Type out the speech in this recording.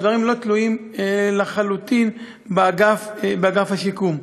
הדברים לא תלויים לחלוטין באגף השיקום.